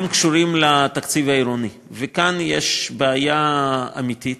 הם קשורים לתקציב העירוני, וכאן יש בעיה אמיתית